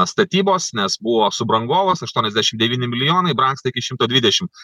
statybos nes buvo subrangovas aštuoniasdešim devyni milijonai brangsta iki šimto dvidešimt